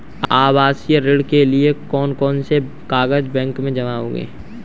आवासीय ऋण के लिए कौन कौन से कागज बैंक में जमा होंगे?